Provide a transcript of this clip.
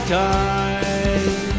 time